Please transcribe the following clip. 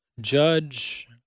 Judge